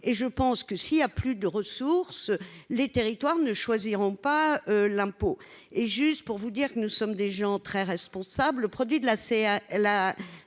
et je pense que s'il a plus de ressources, les territoires ne choisiront pas l'impôt et juste pour vous dire que nous sommes des gens très responsables, produit de la c'est